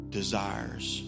desires